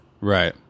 Right